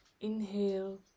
Inhale